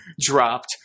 dropped